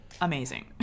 Amazing